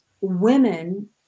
women